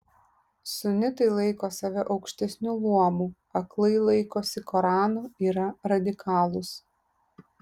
sunitai laiko save aukštesniu luomu aklai laikosi korano yra radikalūs